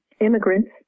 immigrants